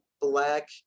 Black